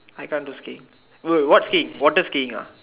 I can't to stay will what stay water staying